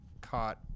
caught